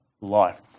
life